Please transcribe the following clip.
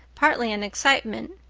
partly in excitement,